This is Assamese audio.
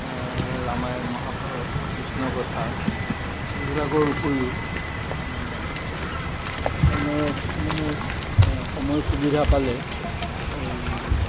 ৰামায়ণ মহাভাৰত কৃষ্ণ কথা এইবিলাকৰ উপৰিও অন্য় কিছুমানো সময় সুবিধা পালে এই